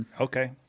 Okay